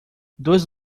dois